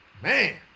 Man